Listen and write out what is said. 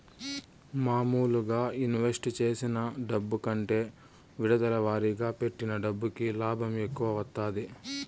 మాములుగా ఇన్వెస్ట్ చేసిన డబ్బు కంటే విడతల వారీగా పెట్టిన డబ్బుకి లాభం ఎక్కువ వత్తాది